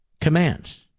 Commands